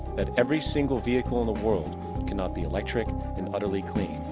that every single vehicle in the world cannot be electric and utterly clean,